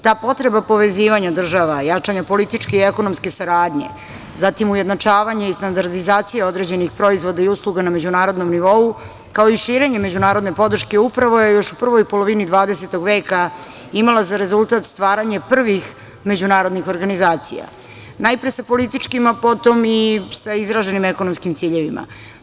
Ta potreba povezivanja država, jačanja političke i ekonomske saradnje, zatim ujednačavanje i standardizacija određenih proizvoda i usluga na međunarodnom nivou kao i širenje međunarodne podrške upravo je još u prvoj polovini 20. veka imala za rezultat stvaranje prvih međunarodnih organizacija najpre sa političkim, a potom i sve izraženim ekonomskim ciljevima.